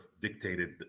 dictated